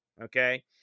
okay